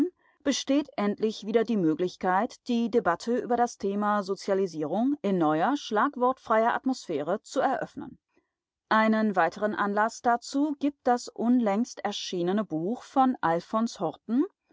besteht endlich wieder die möglichkeit die debatte über das thema sozialisierung in neuer schlagwortfreier atmosphäre zu eröffnen einen weiteren anlaß dazu gibt das unlängst erschienene buch von alfons horten